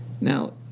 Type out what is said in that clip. Now